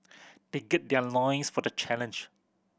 they gird their loins for the challenge